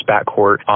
backcourt